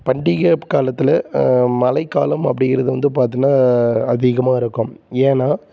பண்டிகை காலத்தில் மழைக்காலம் அப்படிங்கிறது வந்து பார்த்திங்கனா அதிகமாக இருக்கும் ஏன்னால்